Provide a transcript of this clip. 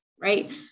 right